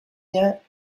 yet